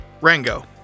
Rango